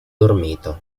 dormito